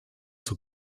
zur